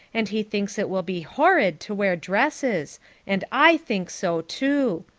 and he thinks it will be horrid to wear dresses and i think so too.